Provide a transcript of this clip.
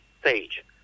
stage